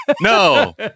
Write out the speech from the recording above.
No